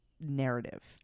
narrative